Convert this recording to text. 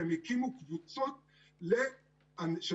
והם הקימו קבוצות של אנליסטים.